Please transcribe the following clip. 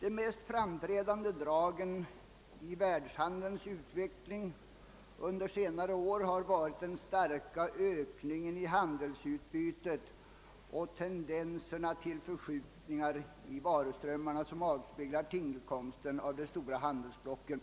De mest framträdande dragen i världshandelns utveckling under senare år har varit den starka ökningen i handelsutbytet och tendenserna till förskjutningar i varuströmmarna som avspeglar tillkomsten av de stora handelsblocken.